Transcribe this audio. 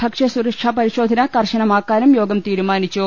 ഭക്ഷ്യസുരക്ഷാ പരിശോധന് കർശനമാക്കാനും യോഗം തീരുമാനിച്ചു